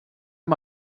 amb